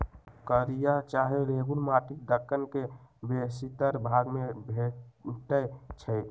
कारिया चाहे रेगुर माटि दक्कन के बेशीतर भाग में भेटै छै